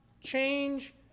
change